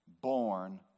born